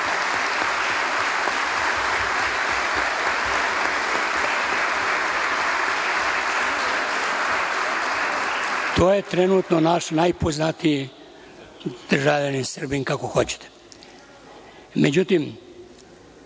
To je trenutno naš najpoznatiji državljanin, Srbin, kako